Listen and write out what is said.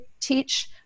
teach